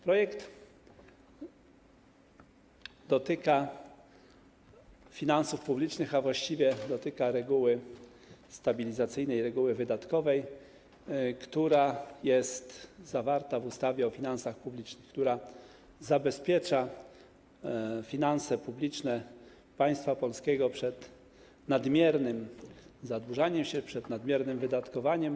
Projekt dotyka finansów publicznych, a właściwie dotyka reguły stabilizacyjnej, reguły wydatkowej, która jest zawarta w ustawie o finansach publicznych, a która zabezpiecza finanse publiczne państwa polskiego przed nadmiernym zadłużaniem się, przed nadmiernym wydatkowaniem.